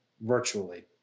virtually